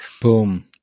Boom